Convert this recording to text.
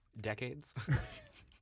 decades